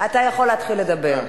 אתה יכול להתחיל לדבר.